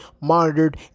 monitored